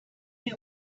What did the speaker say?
you